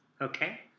Okay